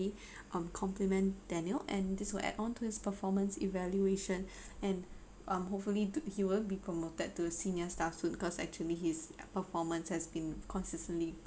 on complement daniel and this will add onto his performance evaluation and um hopefully he will be promoted to senior staff soon because actually his performance has been consistently good